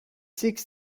seeks